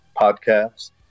podcasts